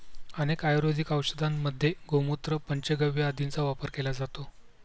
अनेक आयुर्वेदिक औषधांमध्ये गोमूत्र, पंचगव्य आदींचा वापर केला जातो